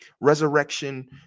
resurrection